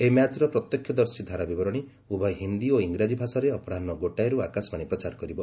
ଏହି ମ୍ୟାଚ୍ର ପ୍ରତ୍ୟକ୍ଷଦର୍ଶୀ ଧାରାବିବରଣୀ ଉଭୟ ହିନ୍ଦୀ ଓ ଇଂରାଜୀ ଭାଷାରେ ଅପରାହ୍ନ ଗୋଟାଏରୁ ଆକାଶବାଶୀ ପ୍ରଚାର କରିବ